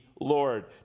Lord